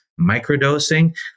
microdosing